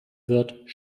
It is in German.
wird